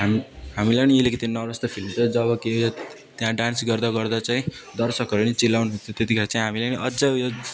हामीलाई पनि अलिकति नर्भस त फिल हुन्थ्यो जब कि त्यहाँ डान्स गर्दा गर्दा चाहिँ दर्शकहरू पनि चिलाउँथ्यो त्यतिखेर चाहिँ हामीले पनि अझ उयो